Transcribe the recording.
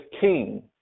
king